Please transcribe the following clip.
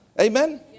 Amen